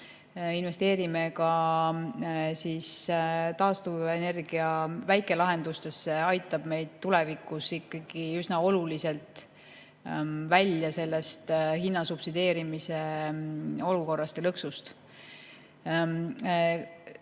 investeerime ka taastuvenergia väikelahendustesse, aitab meid tulevikus ikkagi üsna oluliselt välja sellest hinna subsideerimise olukorrast ja lõksust.